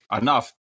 enough